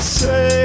say